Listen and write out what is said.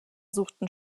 suchten